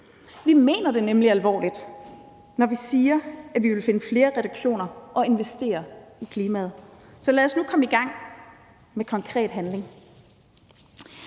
Vi mener det nemlig alvorligt, når vi siger, at vi vil finde flere reduktioner og investere i klimaet. Så lad os nu komme i gang med konkret handling.